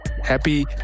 happy